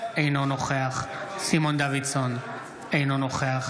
אינו נוכח סימון דוידסון, אינו נוכח